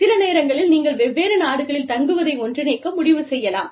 சில நேரங்களில் நீங்கள் வெவ்வேறு நாடுகளில் தங்குவதை ஒன்றிணைக்க முடிவு செய்யலாம்